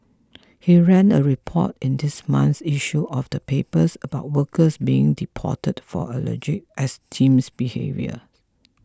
he ran a report in this month's issue of the papers about workers being deported for alleged extremist behaviour